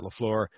LaFleur